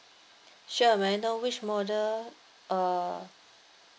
sure may I know which model uh